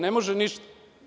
Ne može ništa.